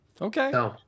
Okay